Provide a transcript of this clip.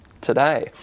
today